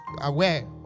aware